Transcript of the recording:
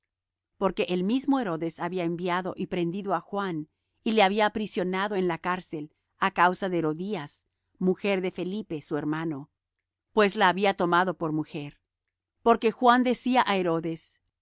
porque el mismo herodes había enviado y prendido á juan y le había aprisionado en la cárcel á causa de herodías mujer de felipe su hermano pues la había tomado por mujer porque juan decía á herodes